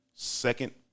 second